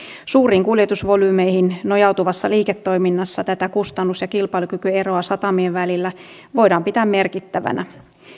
suuriin kuljetusvolyymeihin nojautuvassa liiketoiminnassa tätä kustannus ja kilpailukykyeroa satamien välillä voidaan pitää merkittävänä